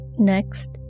next